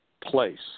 Place